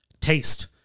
taste